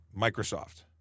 Microsoft